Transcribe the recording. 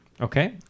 Okay